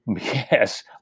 Yes